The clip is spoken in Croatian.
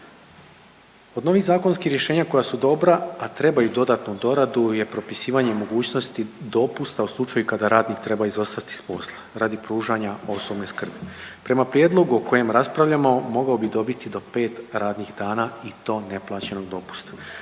Od novih zakonskih rješenja koja su dobra, a trebaju dodatnu doradu je propisivanje mogućnosti dopusta u slučaju kada radnik treba izostati s posla radi pružanja osobne skrbi. Prema prijedlogu o kojem raspravljamo mogao bi dobiti do 5 radnih dana i to neplaćenog dopusta.